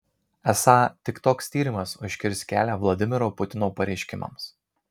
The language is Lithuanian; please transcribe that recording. esą tik toks tyrimas užkirs kelią vladimiro putino pareiškimams